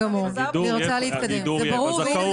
חוקית --- אני חושבת שההסבר כאן היה ברור לגמרי.